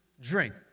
drink